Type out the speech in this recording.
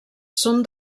són